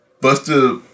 Buster